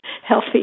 healthy